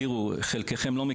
שמירה על פרטיות,